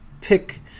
pick